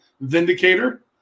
Vindicator